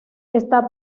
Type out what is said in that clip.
está